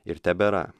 ir tebėra